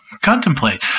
contemplate